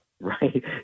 right